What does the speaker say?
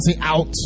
Out